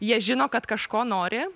jie žino kad kažko nori